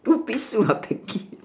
one piece suit or bikini